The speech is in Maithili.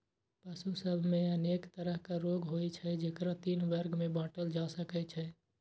पशु सभ मे अनेक तरहक रोग होइ छै, जेकरा तीन वर्ग मे बांटल जा सकै छै